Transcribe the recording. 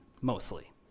mostly